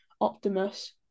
Optimus